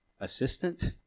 assistant